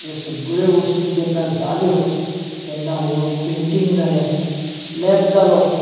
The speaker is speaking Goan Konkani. ह्यो सगळ्यो वस्तू जेन्ना जाल्यो तेन्ना हळू पेंटींग जालें स्लॅब जालो